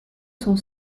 son